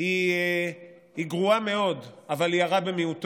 היא גרועה מאוד, אבל היא הרע במיעוטו.